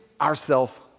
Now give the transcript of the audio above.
ourself